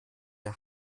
der